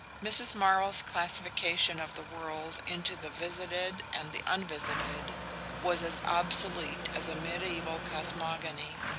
mrs. marvell's classification of the world into the visited and the unvisited was as obsolete as a mediaeval cosmogony.